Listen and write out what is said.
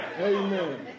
Amen